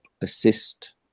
assist